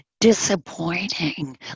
disappointing